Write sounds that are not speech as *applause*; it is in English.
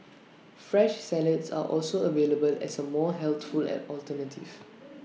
fresh salads are also available as A more healthful alternative *noise*